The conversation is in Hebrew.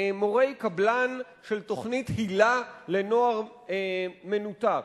מורי קבלן של תוכנית היל"ה לנוער מנותק.